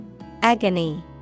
Agony